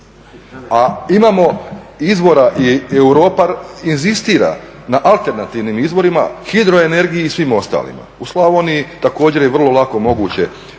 a imamo izvora i Europa inzistira na alternativnim izvorima, hidroenergiji i svima ostalima. U Slavoniji također je vrlo lako moguće